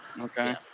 Okay